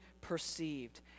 perceived